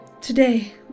today